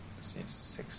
six